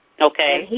Okay